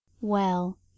Well